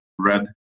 red